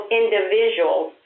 individuals